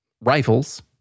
Rifles